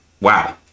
wow